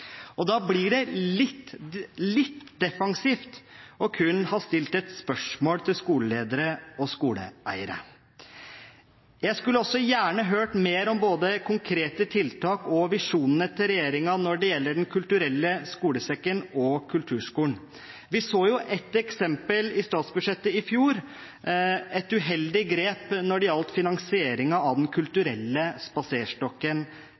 Da blir det litt defensivt kun å ha stilt et spørsmål til skoleledere og skoleeiere. Jeg skulle også gjerne ha hørt mer om både konkrete tiltak og visjonene til regjeringen når det gjelder Den kulturelle skolesekken og kulturskolen. Vi så jo ett eksempel i statsbudsjettet i fjor – et uheldig grep når det gjaldt finansieringen av Den kulturelle spaserstokken